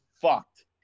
fucked